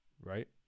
right